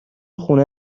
خونه